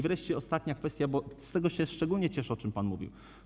Wreszcie ostatnia kwestia, bo z tego się szczególnie cieszę, o czym pan mówił.